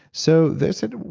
so, they said,